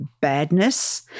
badness